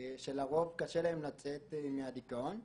שלרוב קשה להם לצאת מהדיכאון.